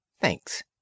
Thanks